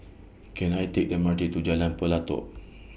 Can I Take The M R T to Jalan Pelatok